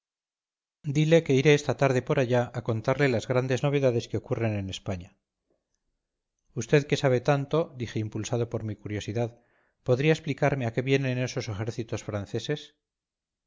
dile que iré esta tarde por allá a contarle las grandes novedades que ocurren en españa vd que sabe tanto dije impulsado por mi curiosidad podrá explicarme a qué vienen esos ejércitos franceses